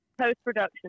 post-production